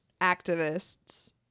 activists